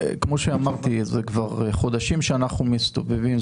כמו שאמרתי, זה כבר חודשים שאנחנו מסתובבים.